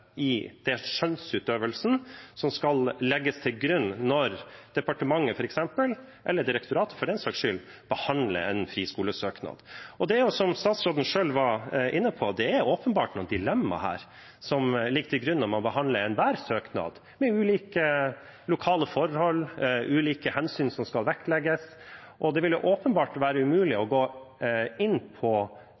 i den skjønnsutøvelsen som skal legges til grunn når departementet – eller direktoratet for den saks skyld – behandler en friskolesøknad. Det er, som statsråden selv var inne på, åpenbart noen dilemmaer som ligger til grunn når man behandler enhver søknad: Det er ulike lokale forhold, det er ulike hensyn som skal vektlegges. Det ville åpenbart være umulig å gå inn på